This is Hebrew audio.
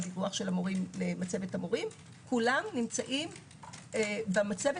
דיווח של המורים למצבת המורים- כולם נמצאים במצבת